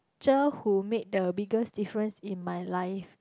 teacher who made the biggest difference in my life